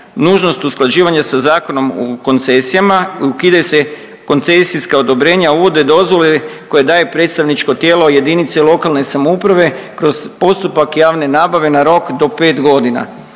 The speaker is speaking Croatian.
nužnost usklađivanja sa Zakonom o koncesijama, ukidaju se koncesijska odobrenja, uvode dozvole koje daje predstavničko tijela jedinice lokalne samouprave kroz postupak javne nabave na rok do 5 godina.